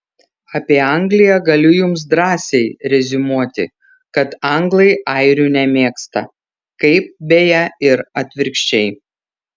apie angliją galiu jums drąsiai reziumuoti kad anglai airių nemėgsta kaip beje ir atvirkščiai